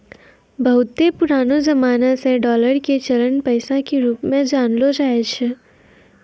बहुते पुरानो जमाना से डालर के चलन पैसा के रुप मे जानलो जाय छै